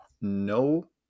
No